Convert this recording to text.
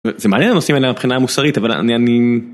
זה מלא נושאים עליה מבחינה מוסרית אבל אני אני...